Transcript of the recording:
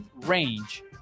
range